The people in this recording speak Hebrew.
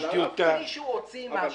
מישהו הוציא משהו.